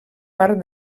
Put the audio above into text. part